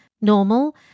normal